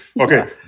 okay